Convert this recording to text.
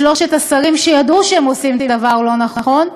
לשלושת השרים, שידעו שהם עושים דבר לא נכון,